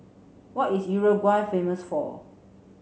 what is Uruguay famous for